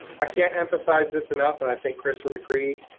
i can't emphasize this enough, and i think kris would agree.